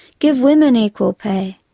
give women equal pay,